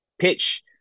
pitch